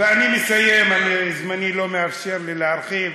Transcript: אני מסיים, זמני לא מאפשר לי להרחיב.